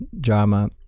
drama